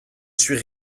suis